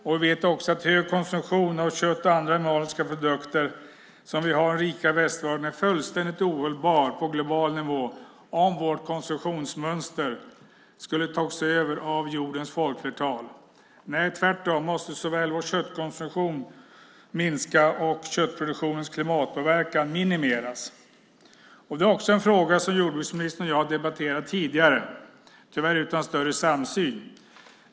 Vi vet också att den höga konsumtion av kött och andra animaliska produkter som vi har i den rika västvärlden är fullständigt ohållbar på global nivå om vårt konsumtionsmönster skulle tas över av jordens folkflertal. Nej, tvärtom måste vår köttkonsumtion minska och köttproduktionens klimatpåverkan minimeras. Det är också en fråga som jordbruksministern och jag har debatterat tidigare, tyvärr utan större samsyn.